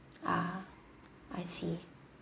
ah I see